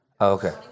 Okay